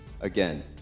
Again